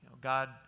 God